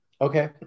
Okay